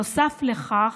נוסף לכך,